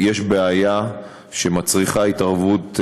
יש בעיה שמצריכה התערבות,